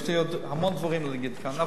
יש לי עוד המון דברים להגיד כאן.